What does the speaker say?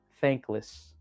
thankless